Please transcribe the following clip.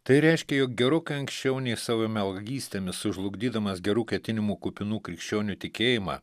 tai reiškia jog gerokai anksčiau nei savo melagystėmis sužlugdydamas gerų ketinimų kupinų krikščionių tikėjimą